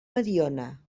mediona